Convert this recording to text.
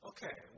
Okay